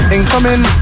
Incoming